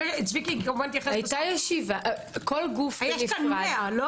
כל גוף בנפרד.